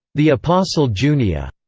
the apostle junia.